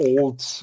old